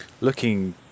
Looking